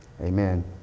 amen